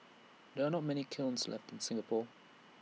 there are not many kilns left in Singapore